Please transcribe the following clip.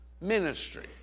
ministry